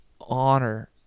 honor